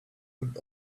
would